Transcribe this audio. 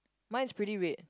mine is pretty red